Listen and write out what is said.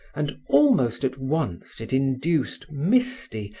and almost at once it induced misty,